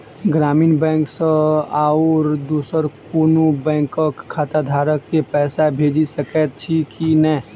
ग्रामीण बैंक सँ आओर दोसर कोनो बैंकक खाताधारक केँ पैसा भेजि सकैत छी की नै?